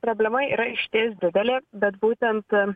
problema yra išties didelė bet būtent